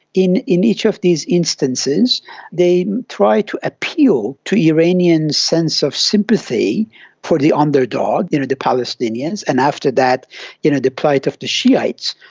in in each of these instances they try to appeal to iranians' sense of sympathy for the underdog, you know the palestinians, and after that you know the plight of the shi'ites.